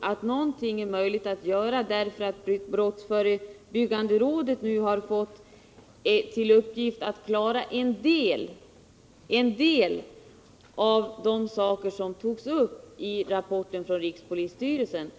att någonting kan göras i den här frågan eftersom brottsförebyggande rådet nu fått i uppgift att klara en del som 165 togs upp i rapporten från rikspolisstyrelsen.